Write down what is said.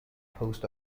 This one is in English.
post